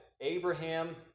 Abraham